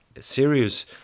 serious